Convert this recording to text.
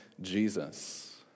Jesus